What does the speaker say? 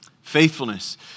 Faithfulness